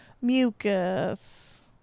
mucus